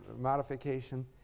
modification